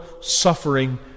suffering